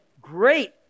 great